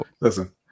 listen